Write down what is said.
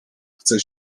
chce